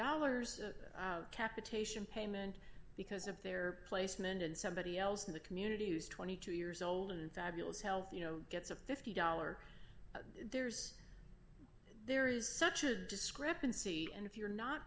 capitation payment because of their placement and somebody else in the community who's twenty two years old and fabulous health you know gets a fifty dollars there's there is such a discrepancy and if you're not